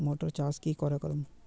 Motor चास की करे करूम?